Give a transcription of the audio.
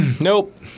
Nope